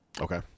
Okay